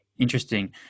interesting